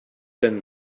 been